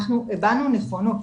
אנחנו הבענו נכונות,